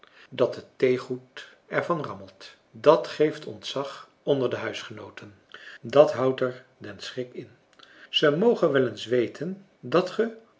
dat het theegoed er van rammelt dat geeft ontzag onder de huisgenooten dat houdt er den schrik in ze mogen wel eens weten dat ge